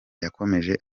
yakomeje